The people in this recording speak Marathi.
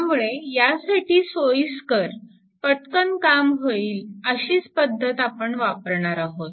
त्यामुळे यासाठी सोयीस्कर पटकन काम होईल अशीच पद्धत आपण वापरणार आहोत